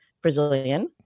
Brazilian